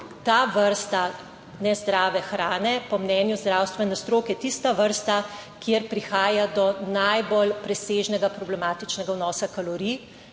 ta vrsta nezdrave hrane po mnenju zdravstvene stroke tista vrsta, kjer prihaja do najbolj presežnega problematičnega vnosa kalorij.